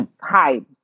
Hide